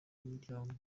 umuryango